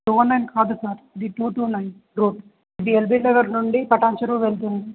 two one nine కాదు sir ఇది two two nine road ఇది ఎల్బ నగర్ నుండి పటాంచరు వెళ్తుంది